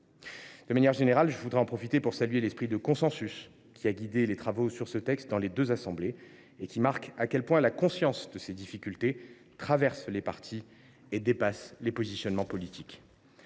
De manière générale, je tiens à saluer l’esprit de consensus qui a guidé les travaux sur ce texte dans les deux assemblées. Cela montre à quel point la conscience de ces difficultés traverse les partis et dépasse les positionnements politiques.